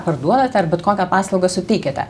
parduodat ar bet kokią paslaugą suteikiate